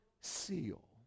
seal